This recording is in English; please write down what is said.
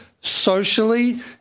socially